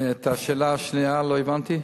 את השאלה השנייה לא הבנתי,